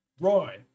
Roy